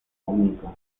único